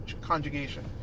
conjugation